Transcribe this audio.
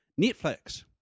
Netflix